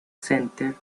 center